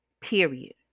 Period